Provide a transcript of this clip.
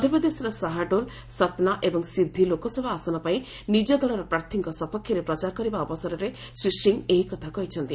ମଧ୍ୟପ୍ରଦେଶର ସାହାଡୋଲ୍ ସତନା ଏବଂ ସିଦ୍ଧି ଲୋକସଭା ଆସନ ପାଇଁ ନିଜ ଦଳର ପ୍ରାର୍ଥୀଙ୍କ ସପକ୍ଷରେ ପ୍ରଚାର କରିବା ଅବସରରେ ଶ୍ରୀ ସିଂହ ଏହି କଥା କହିଛନ୍ତି